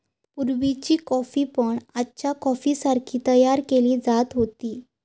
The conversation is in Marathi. पुर्वीची कॉफी पण आजच्या कॉफीसारखी तयार केली जात होती